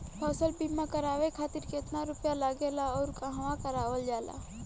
फसल बीमा करावे खातिर केतना रुपया लागेला अउर कहवा करावल जाला?